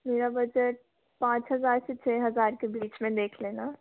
मेरा बजट पाँच हज़ार से छः ज़ार के बीच में देख लेना